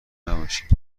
نباشی